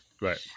Right